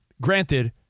Granted